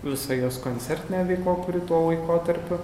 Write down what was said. visa jos koncertinė veikla kuri tuo laikotarpiu